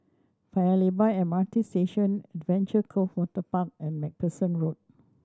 Paya Lebar M R T Station Adventure Cove Waterpark and Macpherson Road